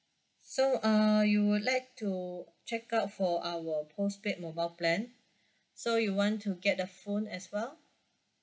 so uh you would like to check out for our postpaid mobile plan so you want to get the phone as well